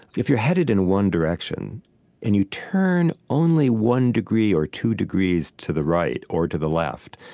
if you're headed in one direction and you turn only one degree or two degrees to the right or to the left,